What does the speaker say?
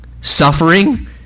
suffering